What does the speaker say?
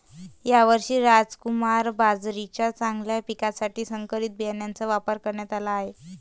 यावर्षी रामकुमार बाजरीच्या चांगल्या पिकासाठी संकरित बियाणांचा वापर करण्यात आला आहे